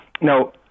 Now